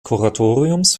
kuratoriums